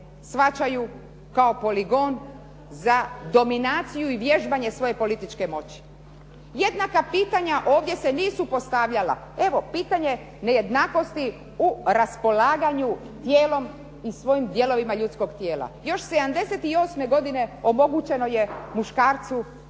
shvaćaju kao poligon za dominaciju i vježbanje svoje političke moći. Jednaka pitanja ovdje se nisu postavljala. Evo pitanje nejednakosti u raspolaganju tijelom i svojim dijelovima ljudskog tijela. Još 1978. godine omogućeno je muškarcu